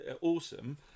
Awesome